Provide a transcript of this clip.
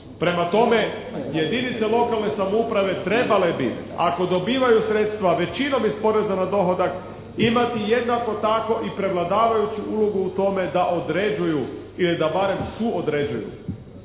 Prema tome jedinice lokalne samouprave trebale bi ako dobivaju sredstva većinom iz poreza na dohodak, imati jednako tako i prevladavajuću ulogu u tomu da određuju ili da barem suodređuju.